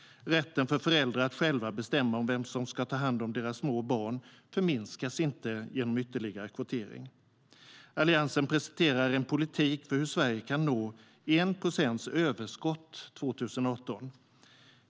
Rätten för föräldrar att själva bestämma vem som ska ta hand om deras små barn förminskas inte genom ytterligare kvotering. Alliansen presenterar en politik för hur Sverige kan nå 1 procents överskott år 2018.